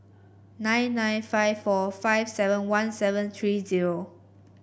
nine nine five four five seven one seven three zero